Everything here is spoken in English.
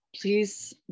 please